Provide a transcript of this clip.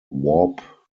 warp